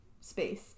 space